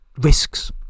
risks